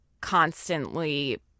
constantly